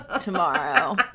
tomorrow